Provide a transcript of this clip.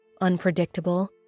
unpredictable